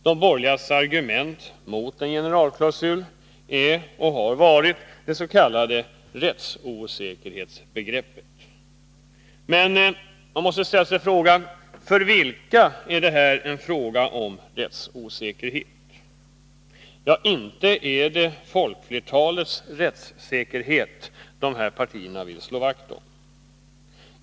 De borgerligas argument mot en generalklausul är — och har varit — det s.k. rättsosäkerhetsbegreppet. Men man måste ställa sig frågan: För vilka är detta en fråga om rättsosäkerhet? Ja, inte är det folkflertalets rättssäkerhet de här partierna vill slå vakt om.